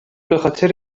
بخاطر